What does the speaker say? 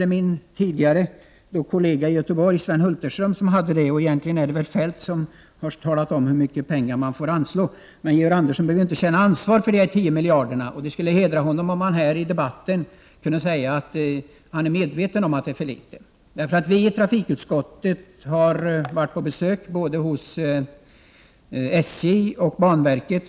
Det har min tidigare kollega i Göteborg, Sven Hulterström, lovat, även om det egentligen är Feldt som talar om hur mycket pengar som får anslås. Så Georg Andersson behöver inte känna ansvar för dessa 10 miljarder. Det skulle hedra Georg Andersson om han här under debatten kunde säga att han är medveten om att dessa 10 miljarder är för litet. Vi från trafikutskottet har besökt både SJ och banverket.